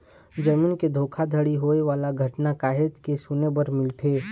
जमीन के धोखाघड़ी होए वाला घटना काहेच के सुने बर मिलथे